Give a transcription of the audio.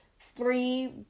three